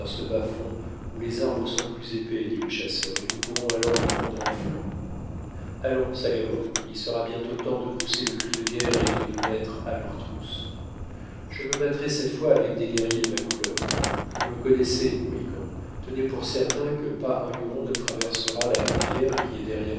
ce bas-fond où les arbres sont plus épais dit le chasseur et nous pourrons alors les prendre en flanc allons sagamore il sera bientôt temps de pousser le cri de guerre et de nous mettre à leurs trousses je me battrai cette fois avec des guerriers de ma couleur vous me connaissez mohican tenez pour certain que pas un huron ne traversera la rivière qui est derrière